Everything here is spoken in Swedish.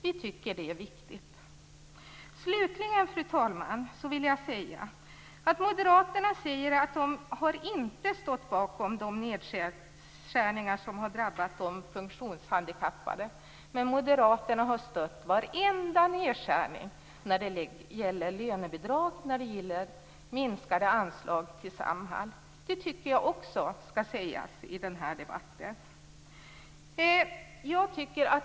Vi tycker att det är viktigt. Fru talman! Moderaterna säger att de inte har stått bakom de nedskärningar som har drabbat de funktionshandikappade. Men Moderaterna har stött varenda nedskärning när det gäller lönebidrag, minskade anslag till Samhall. Jag tycker att det också skall sägas i den här debatten.